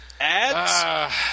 Ads